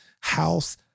house